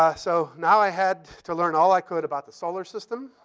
ah so now i had to learn all i could about the solar system